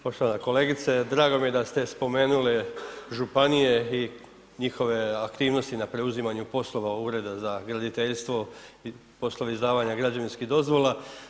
Poštovana kolegice, drago mi je da ste spomenuli županije i njihove aktivnosti na preuzimanju poslova Ureda za graditeljstvo i poslovi izdavanja građevinskih dozvola.